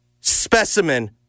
specimen